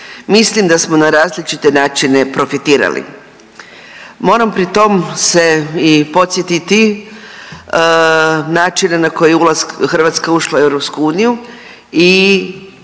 mislim da smo na različite načine profitirali. Moram pri tom se i podsjetiti načina na koji je Hrvatska ušla u EU i